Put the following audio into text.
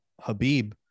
Habib